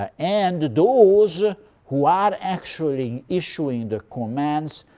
ah and those who are actually issuing the commands,